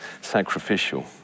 sacrificial